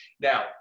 Now